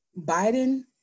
Biden